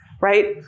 right